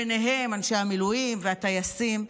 וביניהם אנשי המילואים והטייסים,